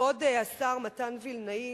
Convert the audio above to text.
כבוד השר מתן וילנאי